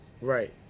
Right